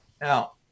Now